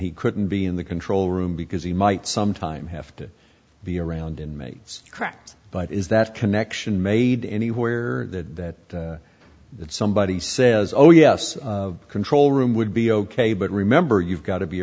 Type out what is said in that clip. he couldn't be in the control room because he might sometime have to be around inmates cracked but is that connection made anywhere that that somebody says oh yes control room would be ok but remember you've got to be